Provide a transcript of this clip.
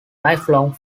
lifelong